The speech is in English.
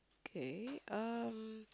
okay um